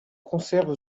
conserve